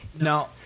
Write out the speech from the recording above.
No